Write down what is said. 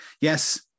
Yes